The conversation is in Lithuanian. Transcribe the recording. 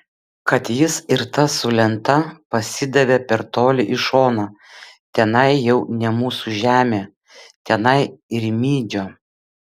kad jis ir tas su lenta pasidavė per toli į šoną tenai jau ne mūsų žemė tenai rimydžio